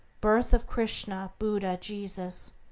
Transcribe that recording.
birth of krishna, buddha, jesus,